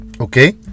okay